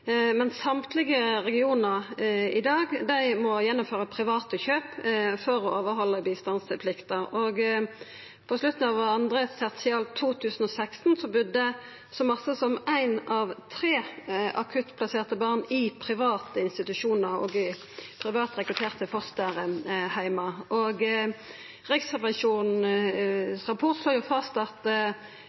Men alle regionar i dag må gjennomføra private kjøp for å overhalda bistandsplikta. På slutten av andre tertial 2016 budde så mange som éi av tre akuttplasserte barn i private institusjonar og privat rekrutterte fosterheimar. Riksrevisjonens rapport slår fast at